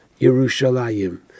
Yerushalayim